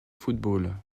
football